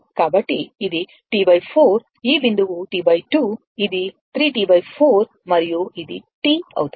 కాబట్టి ఇది T 4 ఈ బిందువు T 2 ఇది 3 T 4 మరియు ఇది T అవుతుంది